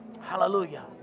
Hallelujah